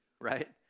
right